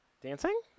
dancing